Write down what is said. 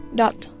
dot